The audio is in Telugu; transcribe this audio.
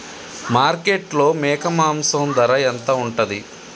మార్కెట్లో మేక మాంసం ధర ఎంత ఉంటది?